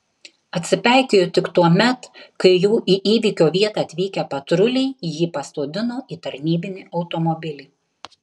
atsipeikėjo tik tuomet kai jau į įvykio vietą atvykę patruliai jį pasodino į tarnybinį automobilį